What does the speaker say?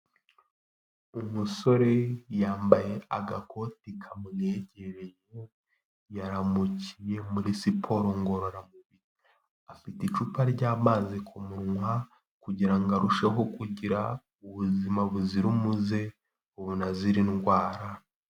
Umusore yambaye agakoti kamwegereye, yaramukiye muri siporo ngororamubiri. Afite icupa ry'amazi ku munwa kugira ngo arusheho kugira ubuzima buzira umuze, bunazira indwara.